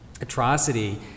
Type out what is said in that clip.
atrocity